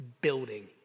building